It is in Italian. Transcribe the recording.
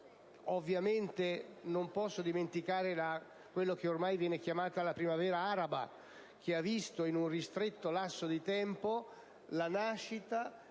scenari. Non si può dimenticare quella che ormai viene definita la primavera araba, che ha visto in un ristretto lasso di tempo la nascita,